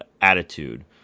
attitude